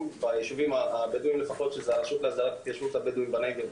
בישובים הבדואים לפחות שזה הרשות להסדרת ישוב הבדואים בנגב,